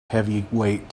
heavyweight